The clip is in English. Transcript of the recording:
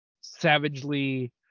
savagely